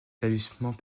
établissement